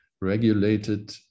regulated